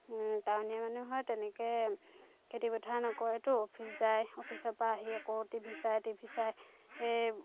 টাউনীয়া মানুহৰ তেনেকৈ খেতিপথাৰ নকৰেতো অফিচ যায় অফিচৰ পৰা আহি আকৌ টিভি চাই টিভি চাই সেই